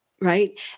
right